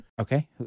Okay